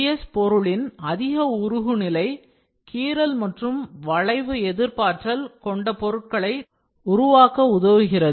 ABS பொருளின் அதிக உருகுநிலை கீறல் மற்றும் வளைவு எதிர்ப்பாற்றல் கொண்ட பொருட்களை உருவாக்க உதவுகிறது